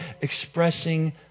expressing